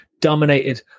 dominated